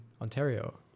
Ontario